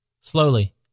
slowly